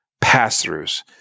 pass-throughs